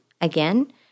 Again